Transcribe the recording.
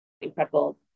incredible